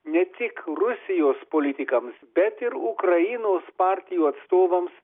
ne tik rusijos politikams bet ir ukrainos partijų atstovams